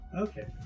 Okay